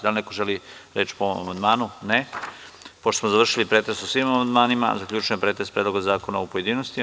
Da li neko želi reč po ovom amandmanu? (Ne) Pošto smo završili pretres o svim amandmanima, zaključujem pretres Predloga zakona u pojedinostima.